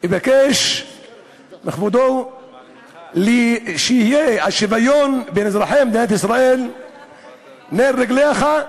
מבקש מכבודו שהשוויון בין אזרחי מדינת ישראל יהיה נר לרגליך,